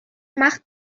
macht